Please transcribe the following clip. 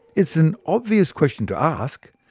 it's an obvious question to ask,